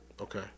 Okay